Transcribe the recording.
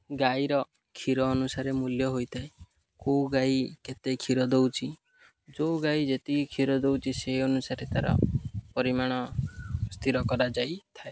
ଗାଈର କ୍ଷୀର ଅନୁସାରେ ମୂଲ୍ୟ ହୋଇଥାଏ କେଉଁ ଗାଈ କେତେ କ୍ଷୀର ଦେଉଛି ଯେଉଁ ଗାଈ ଯେତିକି କ୍ଷୀର ଦେଉଛି ସେହି ଅନୁସାରେ ତା'ର ପରିମାଣ ସ୍ଥିର କରାଯାଇଥାଏ